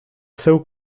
seu